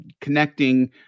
connecting